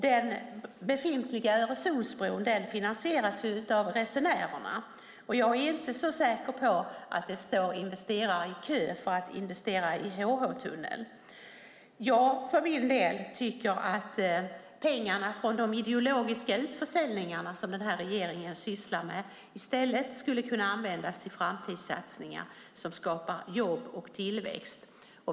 Den befintliga Öresundsbron finansieras av resenärerna. Jag är inte så säker på att det står investerare i kö för att få investera i HH-tunneln. Jag för min del tycker att pengarna från de ideologiska utförsäljningarna, som den nuvarande regeringen sysslar med, skulle kunna användas till framtidssatsningar som skapar jobb och tillväxt.